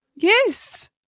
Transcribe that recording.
Yes